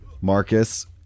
Marcus